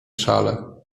szale